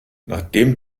nachdem